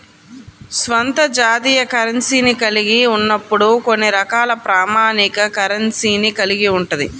స్వంత జాతీయ కరెన్సీని కలిగి ఉన్నప్పుడు కొన్ని రకాల ప్రామాణిక కరెన్సీని కలిగి ఉంటది